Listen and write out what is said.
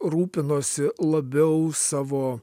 rūpinosi labiau savo